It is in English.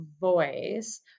voice